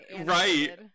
Right